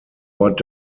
ort